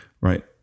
right